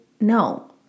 No